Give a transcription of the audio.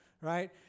right